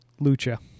lucha